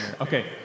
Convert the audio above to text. Okay